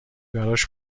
براش